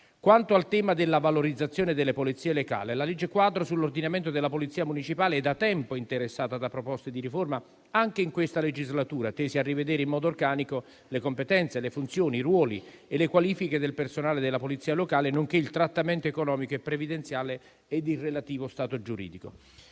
Quanto al tema della valorizzazione delle polizie locali, la legge quadro sull'ordinamento della polizia municipale è da tempo interessata da proposte di riforma, anche in questa legislatura, tese a rivedere in modo organico le competenze, le funzioni, i ruoli e le qualifiche del personale della polizia locale, nonché il trattamento economico e previdenziale e il relativo stato giuridico.